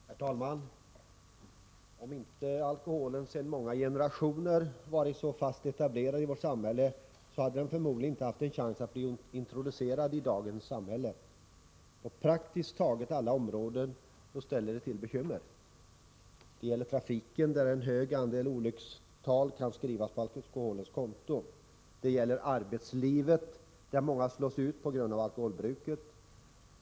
Herr talman! Om inte alkoholen sedan många generationer tillbaka varit så fast etablerad i vårt samhälle, hade den förmodligen inte haft en chans att bli introducerad i dagens samhälle. På praktiskt taget alla områden ställer den till bekymmer. Det gäller trafiken, där en hög andel olyckor kan skrivas på alkoholens konto. Det gäller arbetslivet, där många slås ut på grund av alkoholbruket.